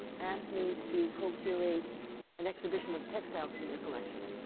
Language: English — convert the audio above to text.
asks me to co curate an exhibition of textiles from their collection.